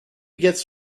gets